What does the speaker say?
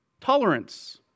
Tolerance